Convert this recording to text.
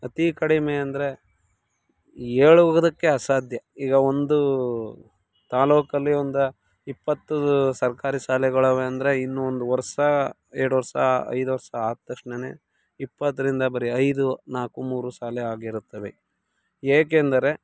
ಅತೀ ಕಡಿಮೆ ಅಂದರೆ ಹೇಳುವುದಕ್ಕೆ ಅಸಾಧ್ಯ ಈಗ ಒಂದು ತಾಲೂಕಲ್ಲಿ ಒಂದು ಇಪ್ಪತ್ತು ಸರ್ಕಾರಿ ಶಾಲೆಗಳು ಇವೆ ಅಂದರೆ ಇನ್ನು ಒಂದು ವರ್ಷ ಎರಡು ವರ್ಷ ಐದು ವರ್ಷ ಆದ ತಕ್ಷಣವೇ ಇಪ್ಪತ್ತರಿಂದ ಬರೀ ಐದು ನಾಲ್ಕು ಮೂರು ಶಾಲೆ ಆಗಿರುತ್ತವೆ ಏಕೆಂದರೆ